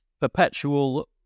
perpetual